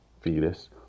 fetus